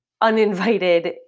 uninvited